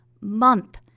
month